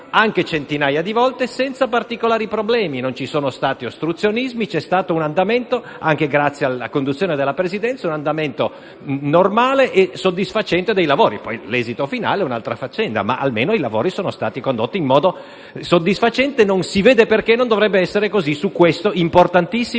anche centinaia di volte senza particolari problemi: non ci sono stati ostruzionismi e, anche grazie alla conduzione della Presidenza, c'è stato un andamento di lavori normale e soddisfacente (poi l'esito finale è un'altra faccenda, ma almeno i lavori sono stati condotti in modo soddisfacente). Non si vede perché non dovrebbe essere così su quest'importantissimo